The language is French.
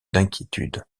d’inquiétude